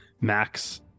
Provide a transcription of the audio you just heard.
Max